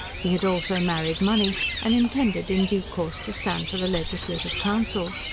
he had also married money, and intended in due course to stand for the legislative council.